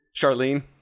Charlene